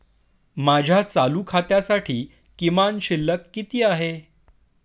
माझ्या चालू खात्यासाठी किमान शिल्लक किती आहे?